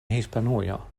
hispanujo